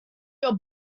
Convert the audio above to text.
your